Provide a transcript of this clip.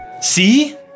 See